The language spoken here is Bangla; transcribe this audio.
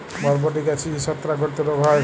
বরবটি গাছে কি ছত্রাক ঘটিত রোগ হয়?